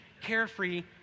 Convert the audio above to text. carefree